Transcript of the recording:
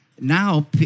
Now